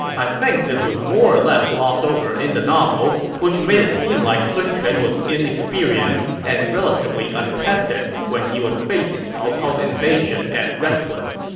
i think this was more or less glossed over in the novel, which made it seem like sun quan was inexperienced and relatively untested when he was facing cao cao's invasion at red cliff.